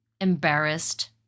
embarrassed